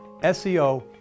SEO